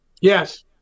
Yes